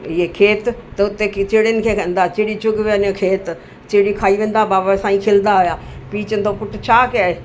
इहे खेत त हुते किचिड़नि खे चवंदा चिड़ी चुगी वञे खेत चिड़ी खाई वेंदा बाबा साईं चवंदा हुआ पीउ चवंदा पुटु छा कयई